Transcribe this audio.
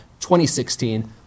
2016